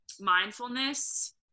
mindfulness